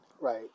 Right